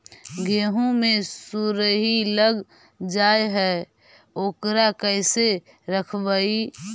गेहू मे सुरही लग जाय है ओकरा कैसे रखबइ?